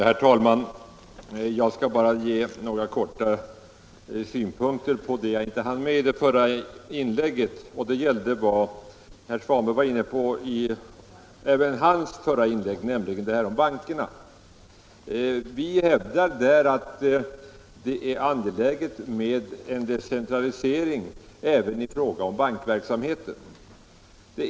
Herr talman! Jag skall bara anföra några få synpunkter som jag inte hann med i det förra inlägget. Det gäller vad herr Svanberg var inne på i sitt föregående inlägg, nämligen det här om bankerna. Vi hävdar att det är angeläget med en decentralisering även i fråga om bankverksamheten. på grund av storbankskoncentrationen.